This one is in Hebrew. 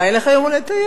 מה, אין לך יום הולדת היום?